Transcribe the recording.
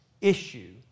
issue